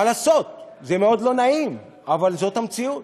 מה לעשות, זה מאוד לא נעים, אבל זאת המציאות.